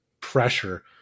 pressure